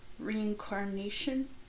reincarnation